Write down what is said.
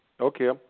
Okay